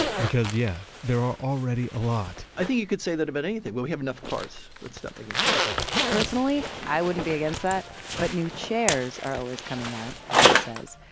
because yeah, there are already a lot i think you could say that about anything. when we have enough cars, let's stop making cars personally, i wouldn't be against that, but new chairs are always coming out, hannah says,